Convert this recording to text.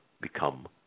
become